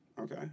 Okay